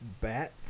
bat